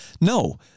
No